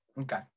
Okay